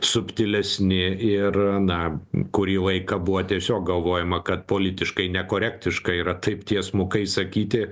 subtilesni ir na kurį laiką buvo tiesiog galvojama kad politiškai nekorektiška yra taip tiesmukai sakyti